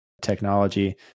technology